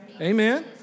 Amen